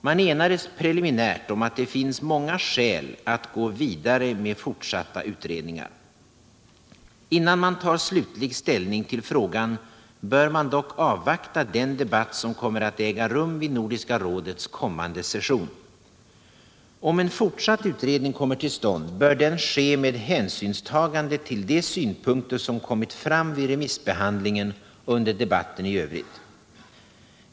Man enades preliminärt om att det finns många skäl för att gå vidare med fortsatta utredningar. Innan man tar slutlig ställning till frågan, bör man dock avvakta den debatt som kommer att äga rum vid Nordiska rådets kommande session. Om en fortsatt utredning kommer till stånd, bör den ske med hänsynstagande till de synpunkter som kommit fram vid remissbehandlingen och under debatten i övrigt.